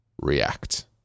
react